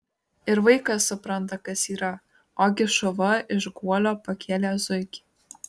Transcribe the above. ir vaikas supranta kas yra ogi šuva iš guolio pakėlė zuikį